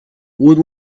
woot